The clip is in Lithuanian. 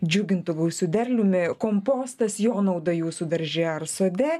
džiugintų gausiu derliumi kompostas jo nauda jūsų darže ar sode